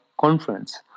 conference